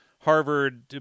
Harvard